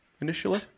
initially